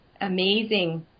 amazing